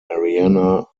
marianna